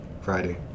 Friday